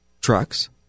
trucks